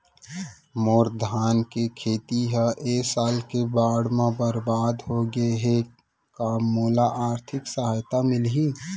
मोर धान के खेती ह ए साल के बाढ़ म बरबाद हो गे हे का मोला आर्थिक सहायता मिलही?